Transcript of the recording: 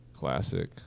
Classic